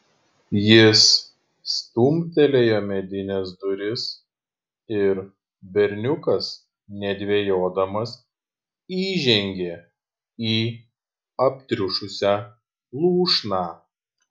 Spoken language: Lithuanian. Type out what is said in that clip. jis stumtelėjo medines duris ir berniukas nedvejodamas įžengė į aptriušusią lūšną